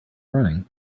running